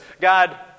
God